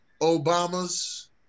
Obama's